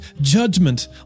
judgment